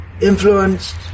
influenced